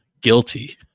Guilty